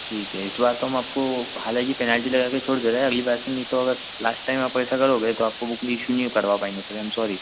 ठीक है तो आज तो हम आपको हालाँकि पैनाल्टी लगा कर छोड़ दे रहे हैं अगली बार से नहीं तो अगर लास्ट टाइम आप ऐसा करोगे तो आपको बुक इशू नहीं हम करवा पाएँगे फिर हम सॉरी